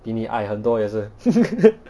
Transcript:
比你矮很多也是